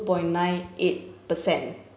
point nine eight percent